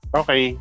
okay